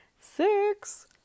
six